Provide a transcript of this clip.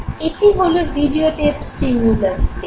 এটি হলো videotape stimulus tape